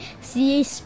see